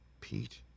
Pete